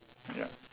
ya